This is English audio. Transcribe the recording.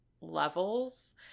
levels